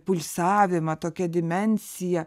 pulsavimą tokią dimensiją